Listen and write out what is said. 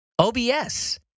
OBS